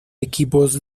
equipos